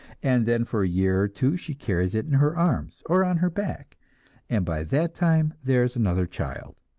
and then for a year or two she carries it in her arms, or on her back and by that time there is another child,